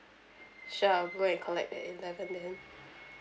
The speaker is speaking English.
sure I'll go and collect at eleven then